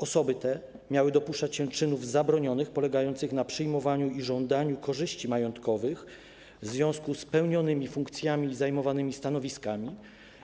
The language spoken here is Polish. Osoby te miały dopuszczać się czynów zabronionych polegających na przyjmowaniu i żądaniu korzyści majątkowych w związku z pełnionymi funkcjami i zajmowanymi stanowiskami,